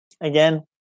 Again